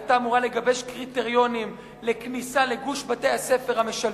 והיתה אמורה לגבש קריטריונים לכניסה לגוש בתי-הספר המשלבים,